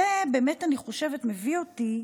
זה מביא אותי,